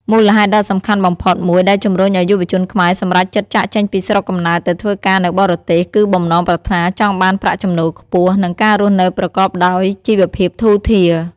មូលហេតុដ៏សំខាន់បំផុតមួយដែលជំរុញឱ្យយុវជនខ្មែរសម្រេចចិត្តចាកចេញពីស្រុកកំណើតទៅធ្វើការនៅបរទេស គឺបំណងប្រាថ្នាចង់បានប្រាក់ចំណូលខ្ពស់ និងការរស់នៅប្រកបដោយជីវភាពធូរធារ។